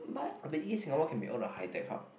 I believe Singapore can be all the high tech hub